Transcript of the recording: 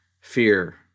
fear